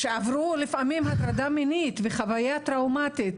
שעברו לפעמים הטרדה מינית וחוויה טראומתית,